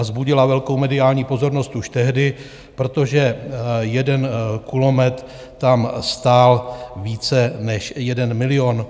Vzbudila velkou mediální pozornost už tehdy, protože jeden kulomet tam stál více než 1 milion.